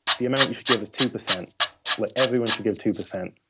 the amount you should give is two percent like everyone should give two percent.